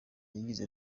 yagize